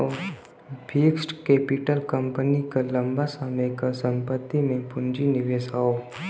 fixed capital company क लंबा समय क संपत्ति में पूंजी निवेश हौ